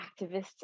activists